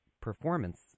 performance